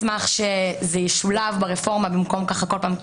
ברור שכל הספקים שמתמודדים,